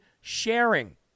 sharing